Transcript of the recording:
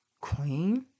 queen